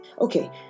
Okay